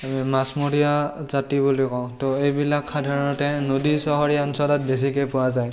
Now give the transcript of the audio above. মাছমৰীয়া জাতি বুলি কওঁ ত এইবিলাক সাধাৰণতে নদী চহৰীয়া অঞ্চলত বেছিকৈ পোৱা যায়